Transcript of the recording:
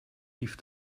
lief